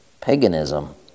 paganism